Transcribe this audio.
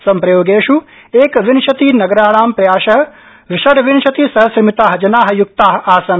सम्प्रयोगेष् एकविंशतिनगराणां प्रायश षड़विंशतिसहस्रमिताः जना युक्ता आसन्